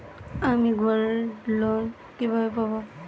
আমি গোল্ডলোন কিভাবে পাব?